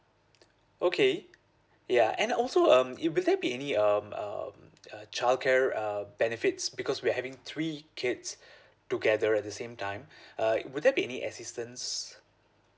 okay yeah and also um it will there be any um um uh childcare uh benefits because we're having three kids together at the same time uh would there be any assistance